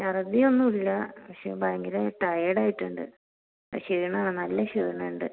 ഛർദ്ദിയൊന്നുല്ലാ പക്ഷേ ഭയങ്കര ടയേടായിട്ട്ണ്ട് ഷീണമാ നല്ല ഷീണ്ണ്ട്